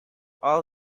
all